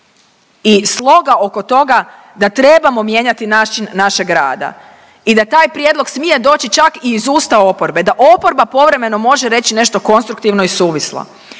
i sloga oko toga da trebamo mijenjati način našeg rada i da taj prijedlog smije doći čak i iz usta oporbe, da oporba povremeno može reći nešto konstruktivno i suvislo?